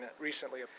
recently